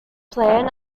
plan